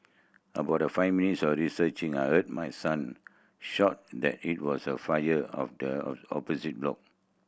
about five minutes of searching I heard my son shout in that it was a fire of the opposite block